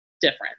different